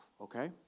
okay